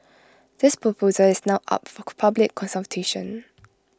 this proposal is now up for public consultation